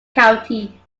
county